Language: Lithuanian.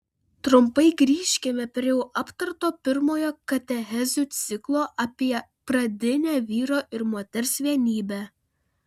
trumpai grįžkime prie jau aptarto pirmojo katechezių ciklo apie pradinę vyro ir moters vienybę